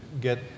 get